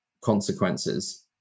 consequences